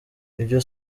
ibyo